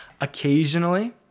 Occasionally